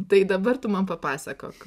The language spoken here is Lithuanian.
tai dabar tu man papasakok